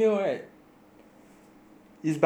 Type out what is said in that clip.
it's by S_O_C events decide